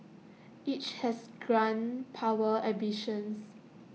each has grand power ambitions